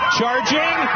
Charging